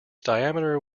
diameter